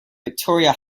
victoria